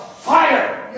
fire